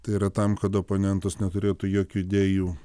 tai yra tam kad oponentas neturėtų jokių idėjų